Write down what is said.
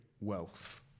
wealth